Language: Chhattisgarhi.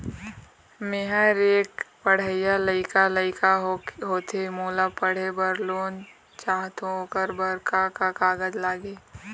मेहर एक पढ़इया लइका लइका होथे मोला पढ़ई बर लोन चाहथों ओकर बर का का कागज लगही?